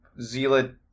Zealot